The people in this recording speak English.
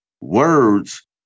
words